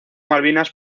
malvinas